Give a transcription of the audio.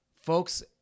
Folks